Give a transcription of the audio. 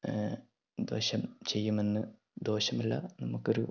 ദോഷം ചെയ്യുമെന്ന് ദോഷമല്ല നമുക്കൊരു